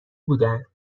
بودن